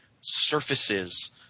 surfaces